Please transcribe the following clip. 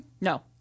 No